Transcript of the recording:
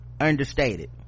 understated